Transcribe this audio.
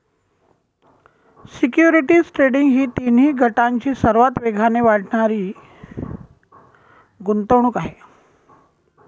securities trading ही तिन्ही गटांची सर्वात वेगाने वाढणारी गुंतवणूक आहे